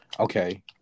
Okay